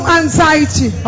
anxiety